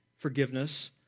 forgiveness